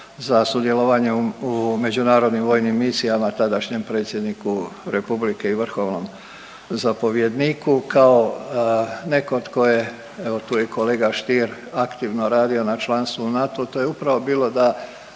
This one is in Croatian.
za sudjelovanje u međunarodnim vojnim misijama tadašnjem predsjedniku republike i vrhovnom zapovjedniku. Kao netko tko je, evo tu je i kolega Stier, aktivno radio na članstvu u NATO-u to je upravo bilo da